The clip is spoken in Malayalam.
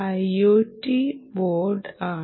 IOT ബോർഡ് ആണ്